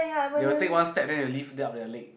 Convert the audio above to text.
they will take one step then they lift up their leg